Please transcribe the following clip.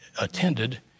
attended